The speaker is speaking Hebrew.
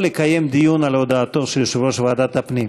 או לקיים דיון על הודעתו של יושב-ראש ועדת הפנים.